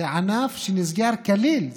זה ענף שנסגר כליל,